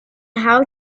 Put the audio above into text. how